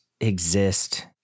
exist